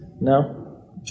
No